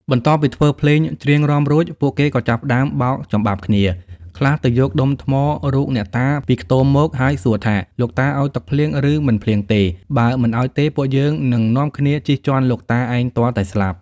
បន្ទាប់ពីធ្វើភ្លេង ច្រៀងរាំរួច ពួកគេក៏ចាប់ផ្ដើមបោកចំបាប់គ្នា ខ្លះទៅយកដុំថ្មរូបអ្នកតាពីខ្ទមមក ហើយសួរថា «លោកតាឲ្យទឹកភ្លៀងឬមិនភ្លៀងទេ បើមិនឲ្យទេ ពួកយើងនឹងនាំគ្នាជិះជាន់លោកតាឯងទាល់តែស្លាប់»។